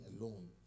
alone